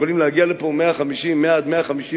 יכולים להגיע לפה 100,000 150,000 ולהפוך